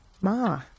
Ma